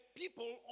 people